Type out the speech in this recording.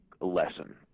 lesson